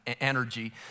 energy